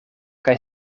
kaj